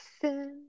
sin